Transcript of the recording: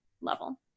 level